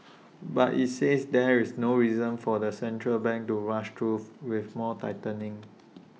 but IT says there's no reason for the central bank to rush though with more tightening